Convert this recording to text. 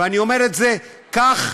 ואני אומר את זה: קח,